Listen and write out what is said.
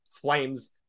Flames